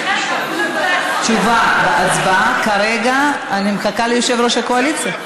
תשובה והצבעה כרגע, אני מחכה ליושב-ראש הקואליציה.